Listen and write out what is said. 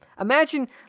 Imagine